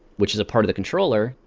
which is a part of the controller,